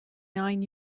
nine